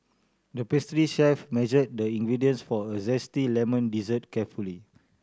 the pastry chef measured the ingredients for a zesty lemon dessert carefully